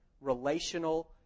Relational